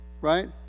right